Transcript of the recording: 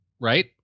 right